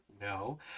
no